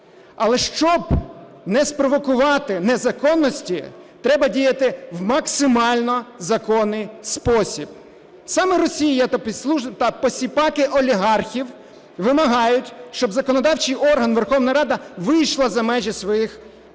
Але щоб не спровокувати незаконності, треба діяти в максимально законний спосіб. Саме Росія та посіпаки олігархів вимагають, щоб законодавчий орган Верховна Рада вийшла за межі своїх